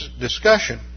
discussion